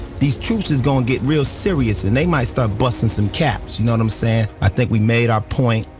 these troops is gonna get real serious, and they might start busting some caps, you know what i'm saying? i think we made our point.